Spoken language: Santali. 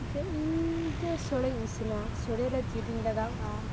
ᱡᱮ ᱤᱧ ᱫᱚ ᱥᱚᱲᱮᱧ ᱤᱥᱤᱱᱟ ᱥᱚᱲᱮᱨᱮ ᱡᱤᱞᱤᱧ ᱞᱟᱜᱟᱣᱼᱟ